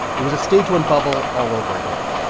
it was a stage one bubble all over again.